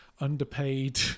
underpaid